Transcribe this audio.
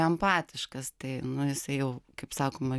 empatiškas tai nu jisai jau kaip sakoma